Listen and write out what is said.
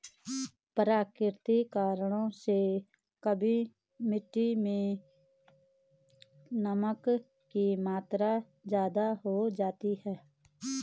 प्राकृतिक कारणों से कभी मिट्टी मैं नमक की मात्रा ज्यादा हो जाती है